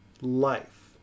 life